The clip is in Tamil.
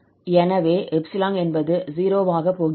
எனவே 𝜖 என்பது 0 ஆக போகிறது